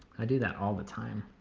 i do that all the time.